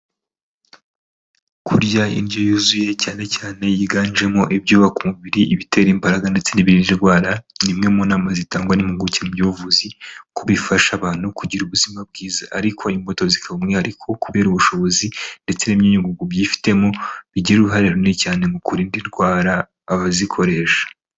Kurya indyo yuzuye cyane cyane yiganjemo ibyubaka umubiri, ibitera imbaraga ndetse n'ibirinda idwara, ni imwe mu nama zitangwa n'impuguke mu by'ubuvuzi kuba ifasha abantu kugira ubuzima bwiza, ariko imbuto zikaba umwihariko kubera ubushobozi, ndetse n'imyunyungugu byifitemo, bigira uruhare runini cyane mu kurinda indwara abazikoresha.